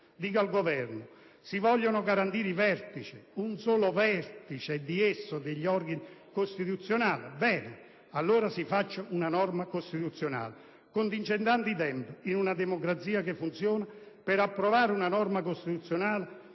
Chiedo al Governo: si vogliono garantire i vertici, o solo uno di essi, degli organi costituzionali? Bene, allora si faccia una norma costituzionale. Contingentando i tempi, in una democrazia che funziona, per approvare una norma costituzionale,